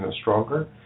stronger